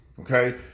Okay